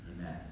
Amen